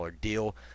deal